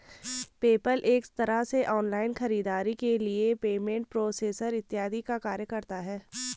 PayPal एक तरह से ऑनलाइन खरीदारी के लिए पेमेंट प्रोसेसर इत्यादि का कार्य करता है